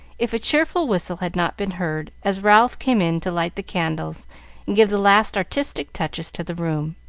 if a cheerful whistle had not been heard, as ralph came in to light the candles and give the last artistic touches to the room.